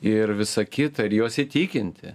ir visa kita ir juos įtikinti